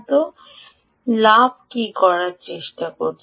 তো লাভ কী করার চেষ্টা করছে